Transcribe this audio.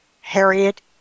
Harriet